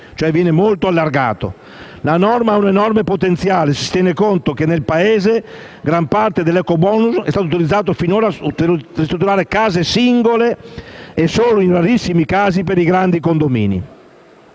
viene molto estesa. La norma ha un enorme potenziale se si tiene conto che nel Paese gran parte dell'ecobonus è stato finora utilizzato per ristrutturare le case singole e, in rarissimi casi, per i grandi condomini.